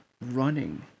running